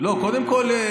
קודם כול,